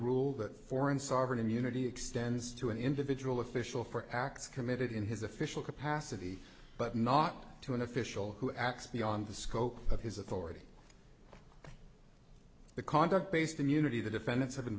rule that foreign sovereign immunity extends to an individual official for acts committed in his official capacity but not to an official who acts beyond the scope of his authority to conduct based immunity the defendants have